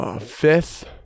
Fifth